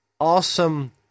awesome